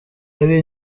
ari